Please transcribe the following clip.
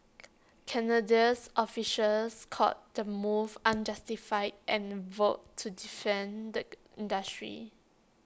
Canadians officials called the move unjustified and vowed to defend the industry